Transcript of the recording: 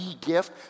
gift